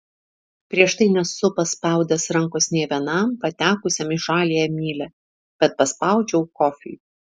prieš tai nesu paspaudęs rankos nė vienam patekusiam į žaliąją mylią bet paspaudžiau kofiui